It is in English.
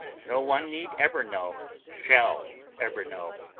no one need ever know, shall ever know,